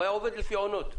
הוא היה עובד לפי עונות.